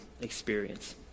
experience